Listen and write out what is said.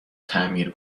تعمیر